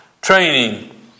training